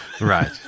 Right